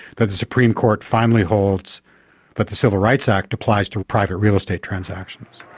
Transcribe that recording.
that the supreme court finally holds that the civil rights act applies to private real estate transactions.